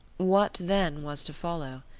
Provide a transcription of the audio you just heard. what then was to follow?